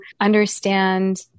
understand